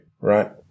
right